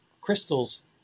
crystals